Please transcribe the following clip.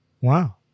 Wow